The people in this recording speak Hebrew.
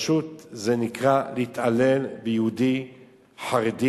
אנחנו צריכים להבין שעדיף לנו להתעמת עם ביקורת תקשורתית בארץ